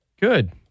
Good